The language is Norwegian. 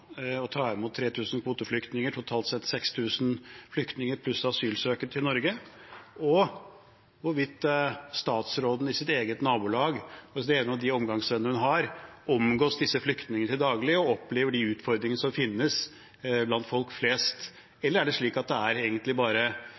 å ta imot 3 000 kvoteflyktninger, totalt sett 6 000 flyktninger pluss asylsøkere til Norge, og hvorvidt utenriksministeren i sitt eget nabolag blant de omgangsvennene hun har, omgås disse flyktningene til daglig og opplever de utfordringene som finnes blant folk flest. Eller er det slik at det egentlig bare